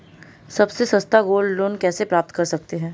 सबसे सस्ता gold loan कैसे प्राप्त कर सकते हैं?